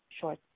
short